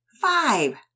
five